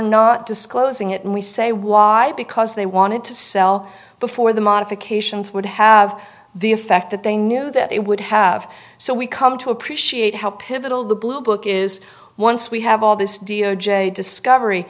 not disclosing it and we say why because they wanted to sell before the modifications would have the effect that they knew that it would have so we come to appreciate how pivotal the blue book is once we have all this d o j discovery